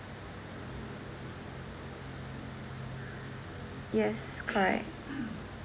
yes correct